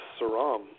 Saram